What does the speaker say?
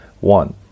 One